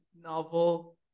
novel